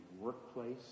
workplace